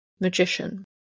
magician